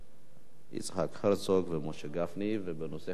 יצחק הרצוג ומשה גפני בנושא חברת החשמל.